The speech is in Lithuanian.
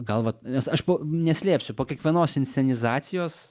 gal vat nes aš po neslėpsiu po kiekvienos inscenizacijos